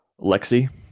Lexi